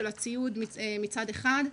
של הציוד מצד אחד,